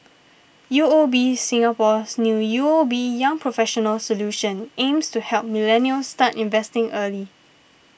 U O B Singapore's new U O B Young Professionals Solution aims to help millennials start investing early